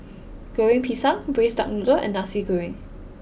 Goreng Pisang Braised Duck Noodle and Nasi Goreng